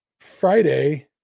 Friday